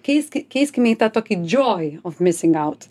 keisk keiskime į tą tokį joy of missing out